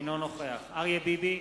אינו נוכח אריה ביבי,